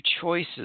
choices